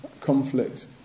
conflict